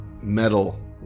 metal